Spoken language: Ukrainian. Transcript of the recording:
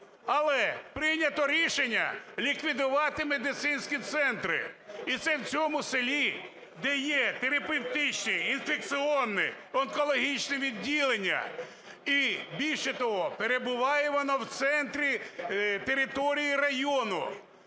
Але прийнято рішення ліквідувати медицинські центри, і це в цьому селі, де є терапевтичні, інфекційні, онкологічні відділення. І, більше того, перебуває вона в центрі території району.